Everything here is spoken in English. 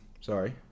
sorry